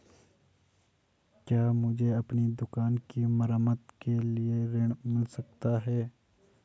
क्या मुझे अपनी दुकान की मरम्मत के लिए ऋण मिल सकता है?